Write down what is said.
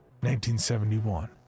1971